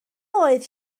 oedd